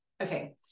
okay